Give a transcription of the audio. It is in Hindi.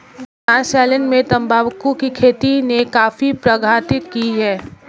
न्यासालैंड में तंबाकू की खेती ने काफी प्रगति की है